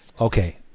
Okay